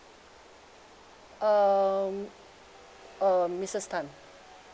um uh missus tan